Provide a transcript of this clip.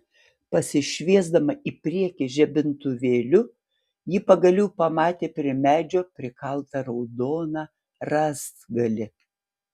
pasišviesdama į priekį žibintuvėliu ji pagaliau pamatė prie medžio prikaltą raudoną rąstgalį